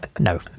no